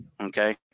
okay